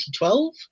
2012